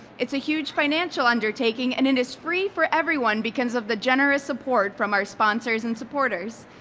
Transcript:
it's a huge financial undertaking and it is free for everyone because of the generous support from our sponsors and supporters.